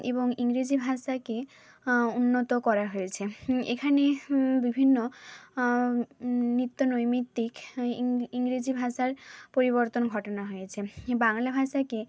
এবং ইংরেজি ভাষাকে উন্নত করা হয়েছে এখানে বিভিন্ন নিত্যনৈমিত্তিক ইংরেজি ভাষার পরিবর্তন ঘটানো হয়েছে এই বাংলা ভাষাকে